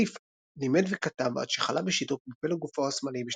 נאסיף לימד וכתב עד שחלה בשיתוק בפלג גופו השמאלי